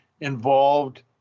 involved